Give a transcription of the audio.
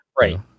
Right